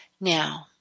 Now